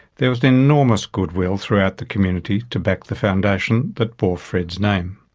there was an enormous good will throughout the community to back the foundation that bore fred's name.